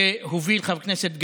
שהוביל חבר הכנסת גפני.